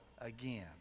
again